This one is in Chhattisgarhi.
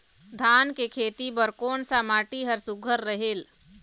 धान के खेती बर कोन सा माटी हर सुघ्घर रहेल?